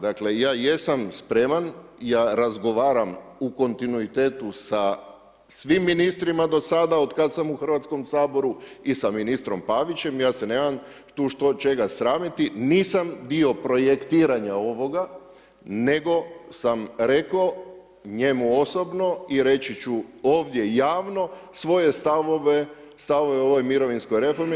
Dakle ja jesam spreman, ja razgovaram u kontinuitetu sa svim ministrima do sada otkada sam u Hrvatskom saboru i sa ministrom Pavićem i ja se nemam tu što čega sramiti, nisam dio projektiranja ovoga nego sam rekao njemu osobno i reći ću ovdje javno svoje stavove o ovoj mirovinskoj reformi.